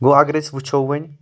گوٚو اگر أسۍ وٕچھو وۄنۍ